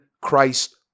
Christ